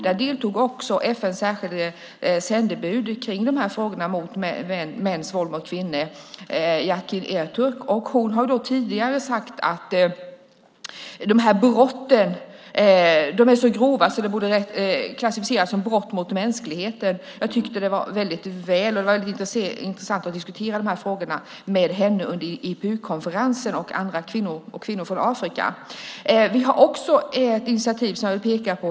Där deltog också FN:s särskilda sändebud i de här frågorna som gäller mäns våld mot kvinnor, Yakin Ertürk. Hon har tidigare sagt att de här brotten är så grova att de borde klassificeras som brott mot mänskligheten. Jag tyckte att det var intressant att diskutera de här frågorna med henne och andra kvinnor, bland annat från Afrika, under IPU-konferensen. Det finns ett annat initiativ som jag också vill peka på.